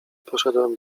poszedłem